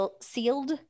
sealed